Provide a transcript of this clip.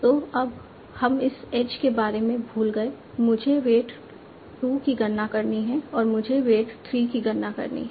तो अब हम इस एज के बारे में भूल गए मुझे वेट 2 की गणना करनी है और मुझे वेट 3 की गणना करनी है